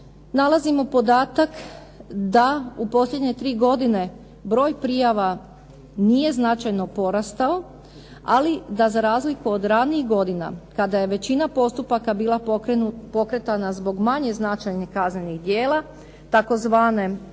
nalazimo podatak da u posljednje tri godine broj prijava nije značajno porastao, ali da za razliku od ranijih godina kada je većina postupaka bila pokretana zbog manje značajnih kaznenih djela tzv.